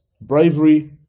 bravery